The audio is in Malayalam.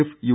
F U